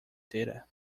data